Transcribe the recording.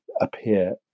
appear